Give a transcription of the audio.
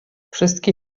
wszystkie